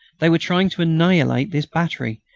they were trying to annihilate this battery,